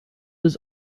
was